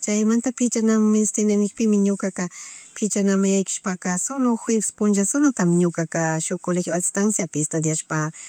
chaymanta pichanamun minishtimun nigpimi ñukaka pichanamun yaykushpaka solo juevespunlla solotammi ñukaka shuk colegio adistanciapi estuashpa